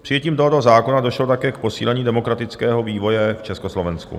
Přijetím tohoto zákona došlo také k posílení demokratického vývoje v Československu.